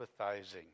empathizing